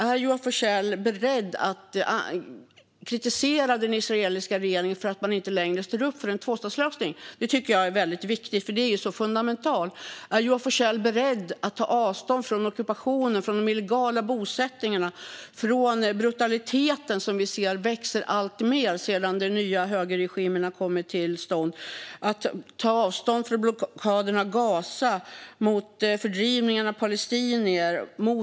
Är Joar Forssell beredd att kritisera den israeliska regeringen för att den inte längre står upp för en tvåstatslösning? Det tycker jag är väldigt viktigt, för det är så fundamentalt. Är Joar Forssell beredd att ta avstånd från ockupationen, från de illegala bosättningarna och från den brutalitet som vi ser växa alltmer sedan den nya högerregimen kom till stånd? Är han beredd att ta avstånd från blockaden av Gaza och från fördrivningen av palestinier?